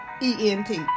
E-N-T